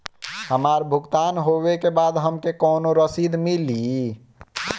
हमार भुगतान होबे के बाद हमके कौनो रसीद मिली?